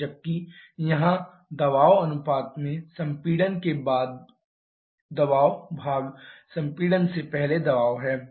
जबकि यहाँ दबाव अनुपात में संपीड़न के बाद दबाव भाग संपीड़न से पहले दबाव है